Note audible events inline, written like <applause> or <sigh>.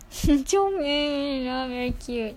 <laughs> comel lah very cute